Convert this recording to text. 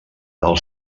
del